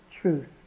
truth